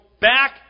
back